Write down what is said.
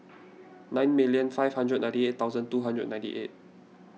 nine million five hundred ninety eight thousand two hundred and ninety eight